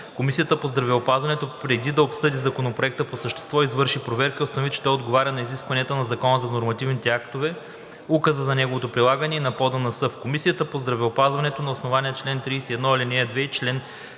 Комисията по здравеопазването, преди да обсъди Законопроекта по същество, извърши проверка и установи, че той отговаря на изискванията на Закона за нормативните актове, Указа за неговото прилагане и на ПОДНС. В Комисията по здравеопазването на основание чл. 31, ал. 2 и чл.